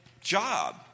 job